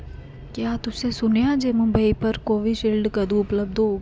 क्या तुसें सुनेआ जे मुंबई पर कोविशील्ड कदूं उपलब्ध होग